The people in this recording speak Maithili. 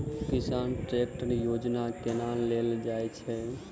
किसान ट्रैकटर योजना केना लेल जाय छै?